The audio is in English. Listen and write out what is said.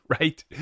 right